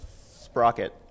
Sprocket